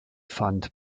fand